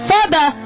Father